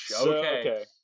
Okay